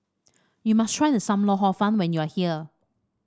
you must try Sam Lau Hor Fun when you are here